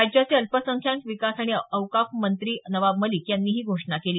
राज्याचे अल्पसंख्याक विकास आणि औकाफ मंत्री नवाब मलिक यांनी ही घोषणा केली